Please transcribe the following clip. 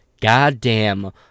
Goddamn